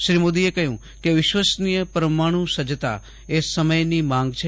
શ્રી મોદીએ કહ્યું કે વિશ્વસનીય પરમાણુ સજજતા એ સમયની માંગ છે